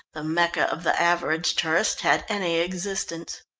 the mecca of the average tourist, had any existence.